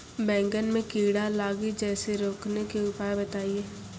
बैंगन मे कीड़ा लागि जैसे रोकने के उपाय बताइए?